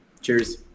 Cheers